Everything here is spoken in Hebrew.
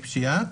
מפשיעה.